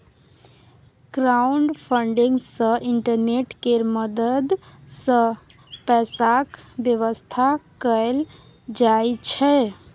crowdfunding सँ internet केर मदद सँ पैसाक बेबस्था कएल जाइ छै